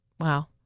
wow